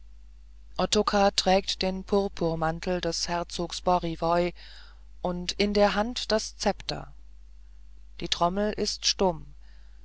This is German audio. trägt den purpurmantel des herzogs borivoj und in der hand das zepter die trommel ist stumm